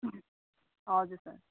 हजुर सर